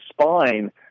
spine